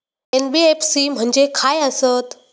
NBFC म्हणजे खाय आसत?